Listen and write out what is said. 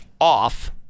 off